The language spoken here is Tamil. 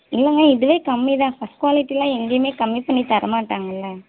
இல்லைங்க இதுவே கம்மி தான் ஃபர்ஸ்ட் குவாலிட்டிலாம் எங்கேயுமே கம்மி பண்ணி தரமாட்டங்கள்ல